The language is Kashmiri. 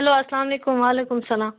ہیٚلو اسلامُ علیکُم وعلیکُم اسلامُ